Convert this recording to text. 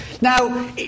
Now